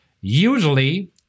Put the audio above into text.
Usually